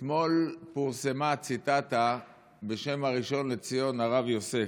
אתמול פורסמה ציטטה בשם הראשון לציון הרב יוסף: